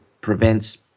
prevents